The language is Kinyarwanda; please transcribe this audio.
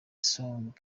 song